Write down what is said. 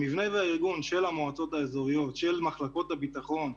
המבנה והארגון של המועצות האזוריות של מחלקות הביטחון,